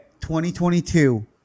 2022